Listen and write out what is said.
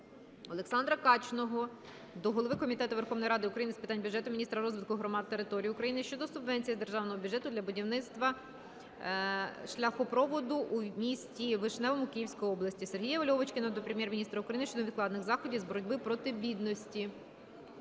Олександра Качного до Голови Комітету Верховної Ради України з питань бюджету, міністра розвитку громад та територій України щодо субвенції з державного бюджету для будівництва шляхопроводу у місті Вишневому Київської області. Сергія Льовочкіна до Прем'єр-міністра України щодо невідкладних заходів із боротьби проти бідності.